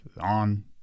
on